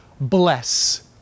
bless